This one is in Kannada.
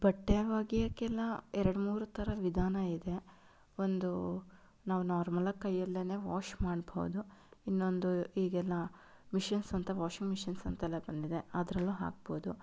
ಬಟ್ಟೆ ಒಗೆಯಕ್ಕೆಲ್ಲ ಎರಡು ಮೂರು ಥರ ವಿಧಾನ ಇದೆ ಒಂದು ನಾವು ನಾರ್ಮಲಾಗಿ ಕೈಯಲ್ಲೇ ವಾಶ್ ಮಾಡಬಹುದು ಇನ್ನೊಂದು ಈಗೆಲ್ಲ ಮಿಷಿನ್ಸ್ ಅಂತ ವಾಷಿಂಗ್ ಮಿಷಿನ್ಸ್ ಅಂತೆಲ್ಲ ಬಂದಿದೆ ಅದರಲ್ಲೂ ಹಾಕ್ಬೋದು